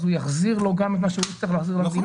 הוא יחזיר לו גם את מה שהוא היה צריך להחזיר למדינה?